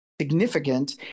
significant